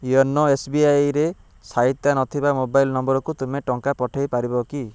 YONO ଏସ୍ବିଆଇରେ ସାଇତା ନଥିବା ମୋବାଇଲ ନମ୍ବରକୁ ତୁମେ ଟଙ୍କା ପଠେଇ ପାରିବ କି